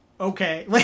okay